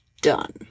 done